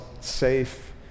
safe